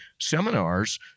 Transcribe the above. seminars